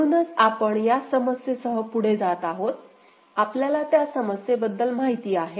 म्हणूनच आपण या समस्येसह पुढे जात आहोत आपल्याला त्या समस्येबद्दल माहिती आहे